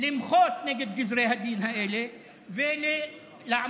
למחות נגד גזרי הדין האלה ולעמוד